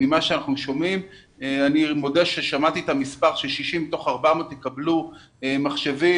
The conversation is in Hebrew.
אני מודה ששמעתי את המספר ש-60 מתוך 400 יקבלו מחשבים,